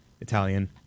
Italian